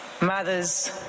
Mothers